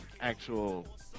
actual